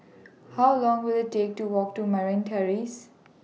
How Long Will IT Take to Walk to Merryn Terrace